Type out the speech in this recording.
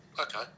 Okay